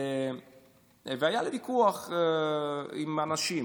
והיה לי ויכוח עם אנשים.